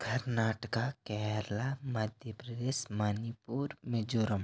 Karnataka Kerala Madhya Pradesh Manipur Mizoram